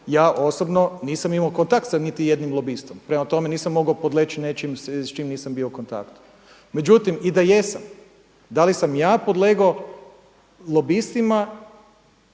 ja osobno nisam imao kontakt sa niti jednim lobistom. Prema tome, nisam mogao podleći nečem s čim nisam bio u kontaktu. Međutim i da jesam, da li sam ja podlegao lobistima